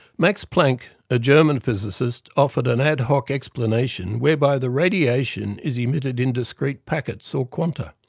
max planck, a german physicist, offered an ad hoc explanation whereby the radiation is emitted in discrete packets, or quanta,